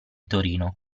torino